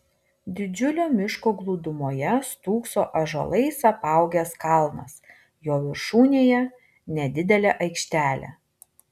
didžiulio miško glūdumoje stūkso ąžuolais apaugęs kalnas jo viršūnėje nedidelė aikštelė